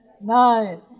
nine